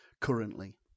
currently